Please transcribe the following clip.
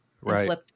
Right